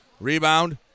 Rebound